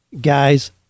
guys